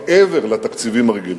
מעבר לתקציבים הרגילים.